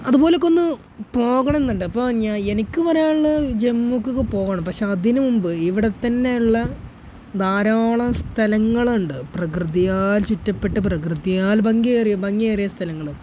അതുപോലൊക്കെയൊന്ന് പോകണം എന്നുണ്ട് അപ്പോൾ ഞാൻ എനിക്ക് പറയാനുള്ളത് ജമ്മുക്കൊക്കെ പോകണം പക്ഷേ അതിനുമുമ്പ് ഇവിടെത്തന്നെ ഉള്ള ധാരാളം സ്ഥലങ്ങളുണ്ട് പ്രകൃതിയാൽ ചുറ്റപ്പെട്ട് പ്രകൃതിയാൽ ഭംഗിയേറിയ ഭംഗിയേറിയ സ്ഥലങ്ങൾ